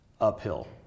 uphill